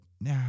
nah